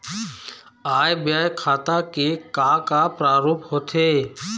आय व्यय खाता के का का प्रारूप होथे?